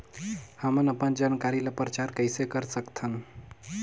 हमन अपन जानकारी ल प्रचार कइसे कर सकथन?